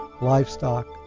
livestock